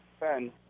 Ben